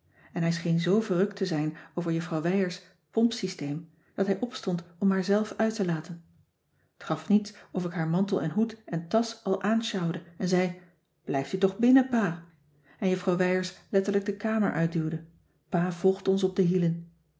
en hij scheen zoo verrukt te zijn over juffrouw wijers pomp systeem dat hij opstond om haar zelf uit te laten t gaf niets of ik haar mantel en hoed en tasch al aansjouwde en zei blijft u toch binnen pa en juffrouw wijers letterlijk de kamer uitduwde pa volgde ons op de hielen